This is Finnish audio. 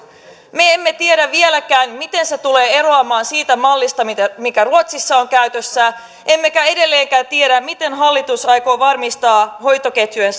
me emme tiedä vieläkään miten se tulee eroamaan siitä mallista mikä ruotsissa on käytössä emmekä edelleenkään tiedä miten hallitus aikoo varmistaa hoitoketjujen